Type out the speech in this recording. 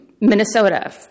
Minnesota